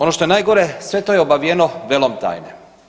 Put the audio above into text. Ono što je najgore sve to je obavijeno velom tajne.